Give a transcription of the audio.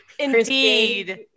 indeed